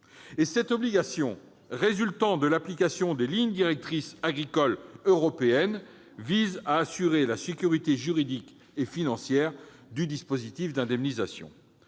Cette obligation, qui résulte de l'application des lignes directrices agricoles européennes, vise à assurer la sécurité juridique et financière du dispositif d'indemnisation.